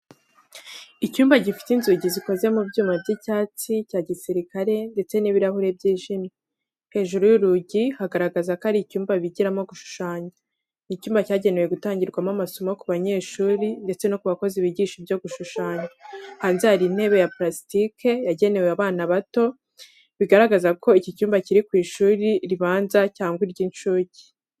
Icyumba gifite inzugi zikoze mu byuma by'icyatsi cya gisirikare ndetse n'ibirahure byijimye, hejuru y'urugi hagaragaza ko ari icyumba bigiramo gushushanya. Ni icyumba cyagenewe gutangirwamo amasomo ku banyeshuri ndetse no ku bakozi bigisha ibyo gushushanya. Hanze hari intebe ya purasitike yagenewe abana bato, bigaragaza ko iki cyumba kiri ku ishuri ribanza cyangwa iry'incuke.